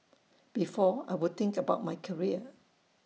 before I would think about my career